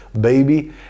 baby